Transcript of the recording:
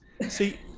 See